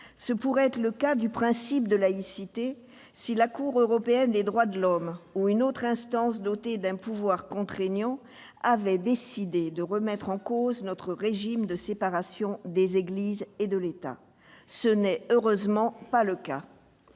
Ce pourrait être le cas du principe de laïcité, si la Cour européenne des droits de l'homme, la CEDH, ou une autre instance dotée d'un pouvoir contraignant avait décidé de remettre en cause notre régime de séparation des Églises et de l'État. Ce n'est heureusement pas le cas